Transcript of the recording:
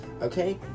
okay